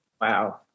wow